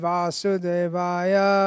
Vasudevaya